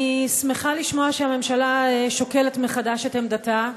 אני שמחה לשמוע שהממשלה שוקלת עוד הפעם את עמדתה.